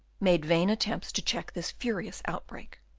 made vain attempts to check this furious outbreak.